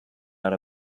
out